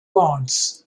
bonds